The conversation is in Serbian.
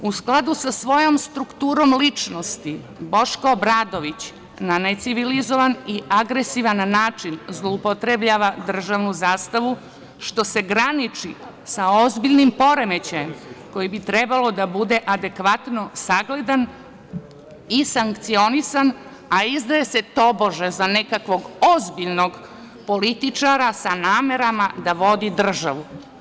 U skladu sa svojom strukturom ličnosti, Boško Obradović na necivilizovan i agresivan način zloupotrebljava državnu zastavu što se graniči sa ozbiljnim poremećajem koji bi trebalo da bude adekvatno sagledan i sankcionisan, a izdaje se tobože za nekakvog ozbiljnog političara sa namerama da vodi državu.